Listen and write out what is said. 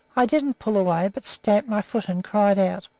i didn't pull away, but stamped my foot and cried out,